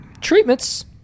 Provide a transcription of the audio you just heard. treatments